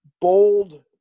bold